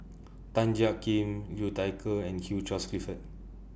Tan Jiak Kim Liu Thai Ker and Hugh Charles Clifford